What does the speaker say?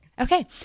Okay